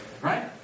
right